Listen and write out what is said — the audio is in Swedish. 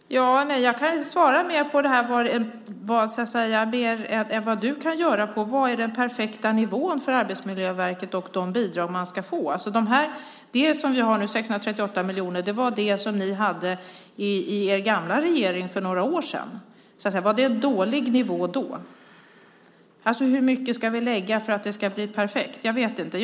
Herr talman! Jag kan inte säga mer om detta än vad du, Torbjörn Björlund, kan när det gäller vad som är den perfekta nivån för de bidrag Arbetsmiljöverket ska få. De 638 miljoner som vi har nu är vad ni hade i den gamla regeringen för några år sedan. Var det en dålig nivå då? Hur mycket ska vi lägga för att det ska bli perfekt? Jag vet inte.